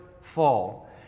fall